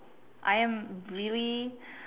I am really